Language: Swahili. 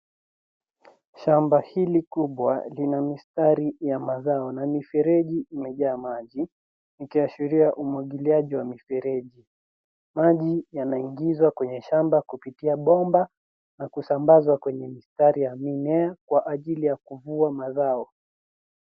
Shamba hili kubwa lina mistari ya mazao na mifereji imejaa maji, ikiashiria umwagiliaji wa mifereji. Maji yanaingizwa kwenye shamba kupitia bomba na kusambazwa kwenye mistari ya mimea kwa ajili ya kuvua mazao.